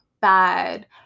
bad